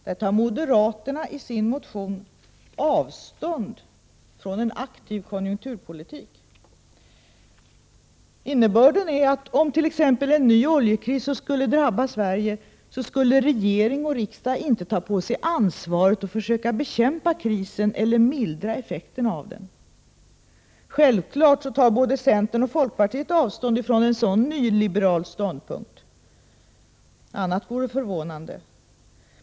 Där tar moderaterna i sin motion avstånd från en aktiv konjunkturpolitik. Innebörden är, att om t.ex. en ny oljekris skulle drabba Sverige, så skulle regering och riksdag inte ta på sig ansvaret att försöka bekämpa krisen eller mildra effekterna av den. Självklart tar både centern och folkpartiet avstånd från en sådan nyliberal ståndpunkt. Annat vore förvånande.